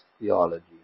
theology